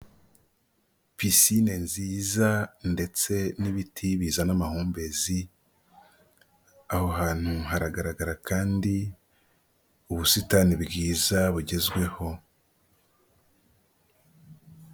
Pisine nziza ndetse n'ibiti bizaza n'amahumbezi, aho hantu haragaragara kandi ubusitani bwiza bugezweho.